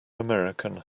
american